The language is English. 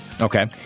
Okay